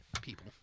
people